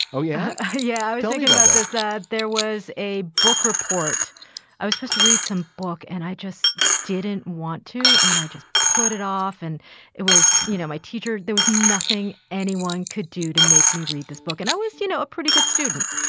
oh, yeah, yeah. i was thinking about this. ah there was a book report i was supposed to read some book and i just didn't want to. and i just put it off. and it was, you know, my teacher. there was nothing anyone could do to make me read this book. and i was, you know, a pretty good student.